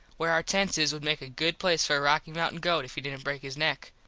where our tents is would make a good place for a rocky mountin goat if he didnt break his neck.